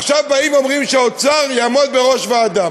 עכשיו באים ואומרים שהאוצר יעמוד בראש ועדה.